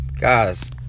Guys